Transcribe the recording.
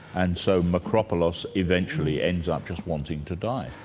and so macropuloss eventually ends up just wanting to die.